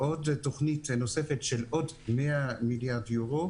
תוכנית נוספת של עוד 100 מיליארד יורו,